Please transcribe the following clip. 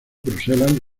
bruselas